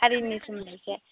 हारिनि सोमोन्दै एसे